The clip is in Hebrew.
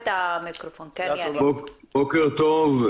בוקר טוב,